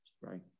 right